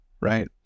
Right